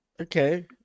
okay